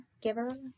giver